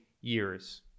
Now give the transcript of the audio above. Years